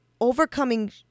overcoming